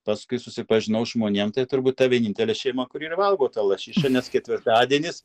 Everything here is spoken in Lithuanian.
paskui susipažinau žmonėm tai turbūt ta vienintelė šeima kuri ir valgo tą lašišą nes ketvirtadienis